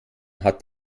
hat